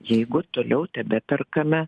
jeigu toliau tebeperkame